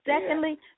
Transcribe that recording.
secondly